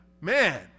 Man